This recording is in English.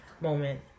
moment